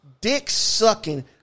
dick-sucking